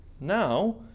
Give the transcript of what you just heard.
now